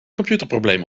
computerprobleem